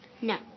No